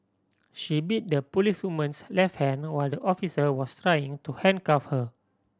she bit the policewoman's left hand no while the officer was trying to handcuff her